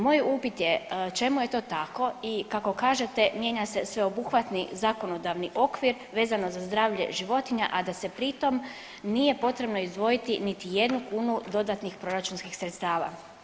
Moj upit je čemu je to tako i kako kažete mijenja se sveobuhvatni zakonodavni okvir vezano za zdravlje životinja, a da se pritom nije potrebno izdvojiti niti jednu kunu dodatnih proračunskih sredstava.